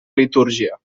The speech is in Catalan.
litúrgia